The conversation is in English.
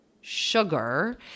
sugar